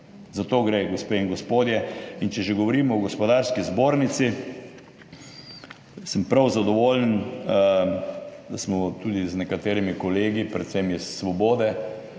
Za to gre, gospe in gospodje. Če že govorimo o Gospodarski zbornici, sem prav zadovoljen, da smo tudi z nekaterimi kolegi, predvsem iz Svobode,